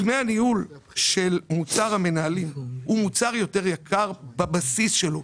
דמי הניהול של מוצר המנהלים הוא מוצר יותר יקר בבסיס שלו.